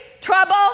trouble